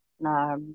Nah